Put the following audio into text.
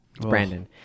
brandon